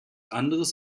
anderes